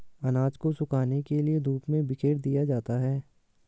अनाज को सुखाने के लिए धूप में बिखेर दिया जाता है